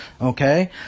Okay